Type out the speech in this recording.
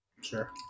Sure